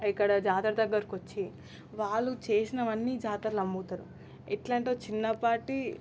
ఇక్కడ జాతర దగ్గరకు వచ్చి వాళ్ళు చేసినవి అన్నీ జాతరలో అమ్ముతారు ఎట్లా అంటే చిన్నపాటి